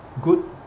good